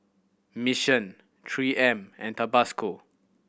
Mission Three M and Tabasco